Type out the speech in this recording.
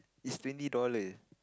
is twenty dollar